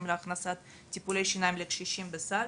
להכנסת טיפולי שיניים לקשישים בסל.